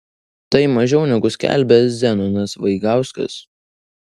tai mažiau negu skelbė zenonas vaigauskas